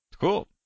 Cool